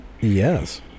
Yes